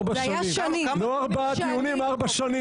ארבע שנים, לא ארבעה דיונים, ארבע שנים